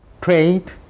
trade